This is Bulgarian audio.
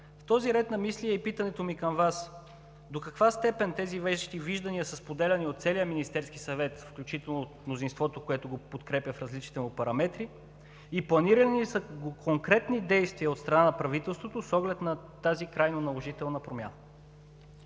В този ред на мисли е и питането ми към Вас: до каква степен тези Ваши виждания са споделяни от целия Министерски съвет, включително от мнозинството, което го подкрепя в различните му параметри, планирани ли са конкретни действия от страна на правителството с оглед на тази крайно наложителна промяна?